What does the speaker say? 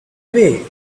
away